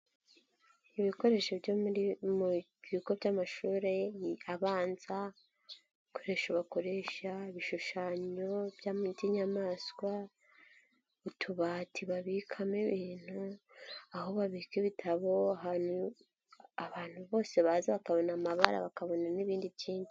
Ibikoresho byo mu bigo by'amashuri abanza ibikoresho bakoresha ibishushanyo by'inyamaswa utubati babikamo ibintu aho babika ibitabo ahantu abantu bose baza bakabona amabara bakabona n'ibindi byinshi.